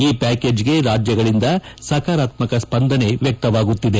ಈ ಪ್ಯಾಕೇಜ್ಗೆ ರಾಜ್ಯಗಳಿಂದ ಸಕಾರಾತ್ಮಕ ಸ್ವಂದನೆ ವ್ಯಕ್ತವಾಗುತ್ತಿದೆ